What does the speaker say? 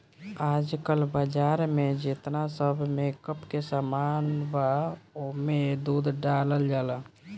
आजकल बाजार में जेतना सब मेकअप के सामान बा ओमे दूध डालल जाला